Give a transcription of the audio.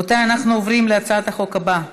רבותיי, אנחנו עוברים להצעת החוק הבאה: